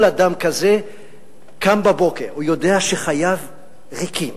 כל אדם כזה קם בבוקר והוא יודע שחייו ריקים,